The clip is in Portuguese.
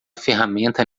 ferramenta